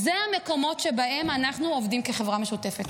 אלו המקומות שבהם אנחנו עובדים כחברה משותפת.